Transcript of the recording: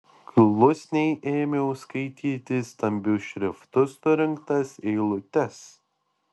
klusniai ėmiau skaityti stambiu šriftu surinktas eilutes